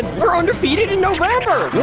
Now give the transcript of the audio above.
we're undefeated in november! yo,